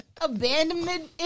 abandonment